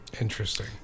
Interesting